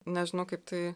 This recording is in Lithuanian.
nežinau kaip tai